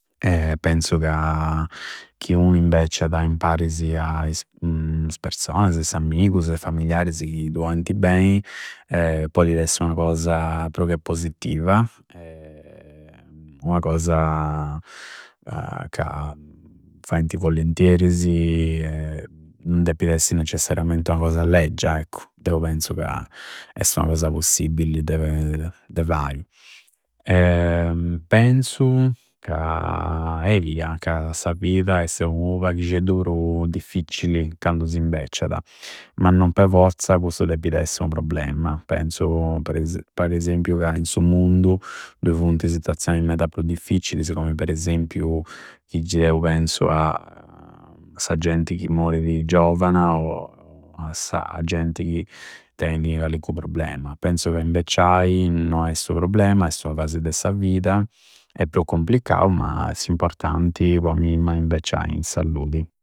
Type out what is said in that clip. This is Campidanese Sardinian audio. Penzu ca chi unu imbecciada imparisi a is persoasa, is ammigusu i famigliarisi chi du ointi bei, podi d'essi ua cosa pru che positiva ua cosa ca fainti vollentierisi non d'eppi d'essi necessariammenti ua cosa leggia, anzi! Deu penzu ca esti ua cosa possibbilli de fai. Penzu ca eia, ca sa vida este u paghisceddu pru difficcilli candu s'imbecciada, ma non po froza cussu d'eppi d'essi u probelma. Penzu par ese, par esempiu ca in su mundu dui funti situazioni meda pru difficllisi, come per esempiu chi geu penzu a sa genti chi moridi giovana o a sa genti chi teidi callincu problema. Penzu ca imbecciai non esti u problema, esti ua fasi de sa vida. E' pru complicau ma s'importanti, po a mimma, è imbecciai in salludi.